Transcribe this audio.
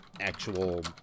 actual